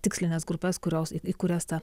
tikslines grupes kurios į kurias ta